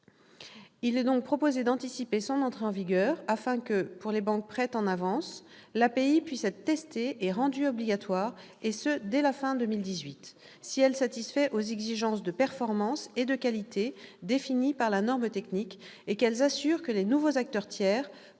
Il est donc proposé d'anticiper son entrée en vigueur, afin que, pour les banques prêtes en avance, l'API puisse être testée et rendue obligatoire, et ce dès la fin de 2018, si elle satisfait aux exigences de performance et de qualité définies par la norme technique et qu'elles assurent que les nouveaux acteurs tiers pourront continuer d'exercer leur